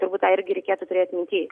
turbūt tą irgi reikėtų turėt minty